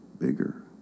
bigger